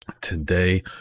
today